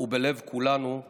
ובלב כולנו לעד.